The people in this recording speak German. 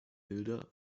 bilder